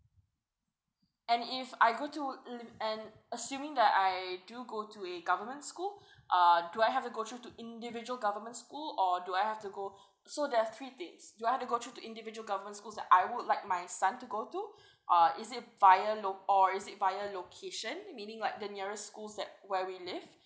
and if I go to wo~ la~ and assuming that I do go to a government school uh do I have to go through to individual government school or do I have to go so there are three things do I have to go through individual government schools that I would like my son to go to or is it via lo~ or is it via location meaning like the nearest schools that where we live